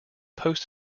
post